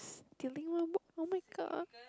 oh-my-god